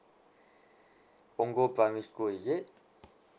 punggol primary school is it